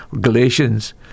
Galatians